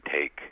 take